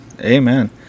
Amen